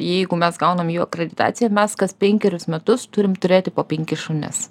jeigu mes gaunam jų akreditaciją mes kas penkerius metus turim turėti po penkis šunis